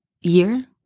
year